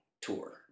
tour